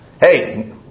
Hey